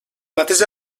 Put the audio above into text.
mateix